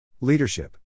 Leadership